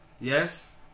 Yes